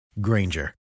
Granger